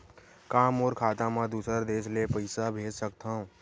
का मोर खाता म दूसरा देश ले पईसा भेज सकथव?